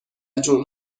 جون